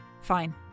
Fine